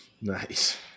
Nice